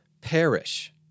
perish